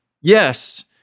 yes